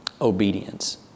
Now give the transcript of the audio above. obedience